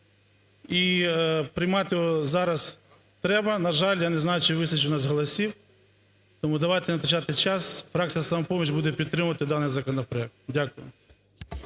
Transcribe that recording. І приймати його зараз треба. На жаль, я не знаю, чи вистачить у нас голосів, тому давайте не втрачати час. Фракція "Самопоміч" буде підтримувати даний законопроект. Дякую.